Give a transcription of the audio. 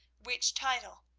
which title,